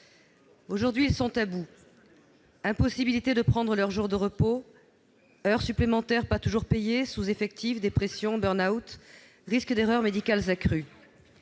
personnels sont à bout : impossibilité de prendre leurs jours de repos, heures supplémentaires pas toujours payées, sous-effectifs, dépressions, burn-out, risques d'erreurs médicales accrus.